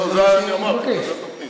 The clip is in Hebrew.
זה אני אמרתי: ועדת הפנים.